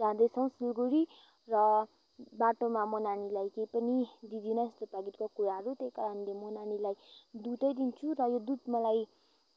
जाँदैछौँ सिलगढी र बाटोमा म नानीलाई केही पनि दिदिनँ यस्तो प्याकेटको कुराहरू त्यही कारणले म नानीलाई दुधै दिन्छु र यो दुधमा मलाई